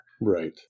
Right